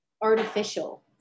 artificial